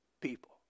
people